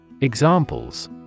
Examples